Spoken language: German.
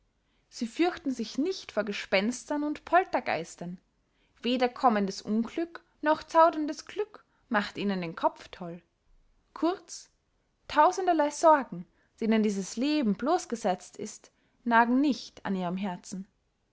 sie fürchten sich nicht vor gespenstern und poldergeistern weder kommendes unglück noch zauderndes glück macht ihnen den kopf toll kurz tausenderley sorgen denen dieses leben blosgesetzt ist nagen nicht an ihrem herzen